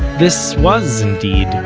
this was, indeed,